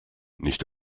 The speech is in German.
nicht